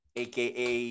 aka